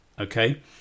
okay